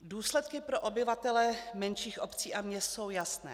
Důsledky pro obyvatele menších obcí a měst jsou jasné.